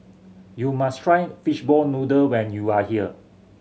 you must try fishball noodle when you are here